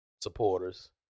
supporters